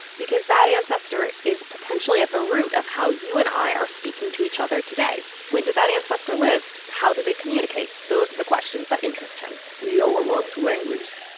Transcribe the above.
because that ancestor is potentially at the root of how you and i are speaking to each other today. when did that ancestor live? how did they communicate? those are the questions that interest him we owe a lot to language.